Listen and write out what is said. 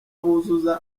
buzuza